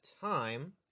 time